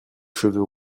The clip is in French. cheveux